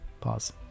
Pause